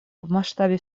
масштабе